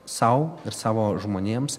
sau ir savo žmonėms